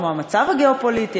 כמו המצב הגיאו-פוליטי,